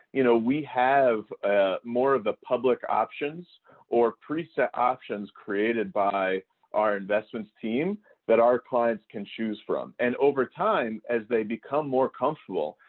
you know we have more of the public options or preset options created by our investments team that our clients can choose from in and overtime, as they become more comfortable,